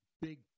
big